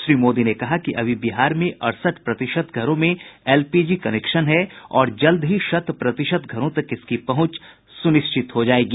श्री मोदी ने कहा कि अभी बिहार में अड़सठ प्रतिशत घरों में एलपीजी कनेक्शन है और जल्द ही शत प्रतिशत घरों तक इसकी पहुंच सुनिश्चित हो जायेगी